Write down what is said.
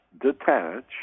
detach